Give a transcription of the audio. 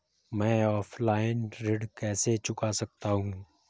मैं ऑफलाइन ऋण कैसे चुका सकता हूँ?